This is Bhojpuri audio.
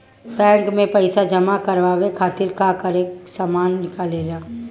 बैंक में पईसा जमा करवाये खातिर का का सामान लगेला?